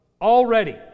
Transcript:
already